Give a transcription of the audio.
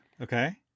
Okay